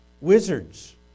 wizards